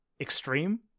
extreme